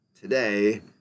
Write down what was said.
today